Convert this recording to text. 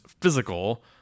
physical